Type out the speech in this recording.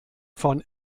von